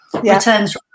returns